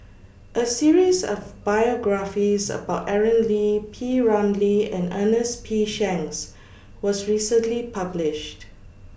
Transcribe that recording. A series of biographies about Aaron Lee P Ramlee and Ernest P Shanks was recently published